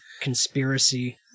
conspiracy